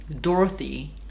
Dorothy